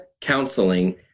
counseling